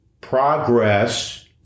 Progress